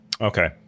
Okay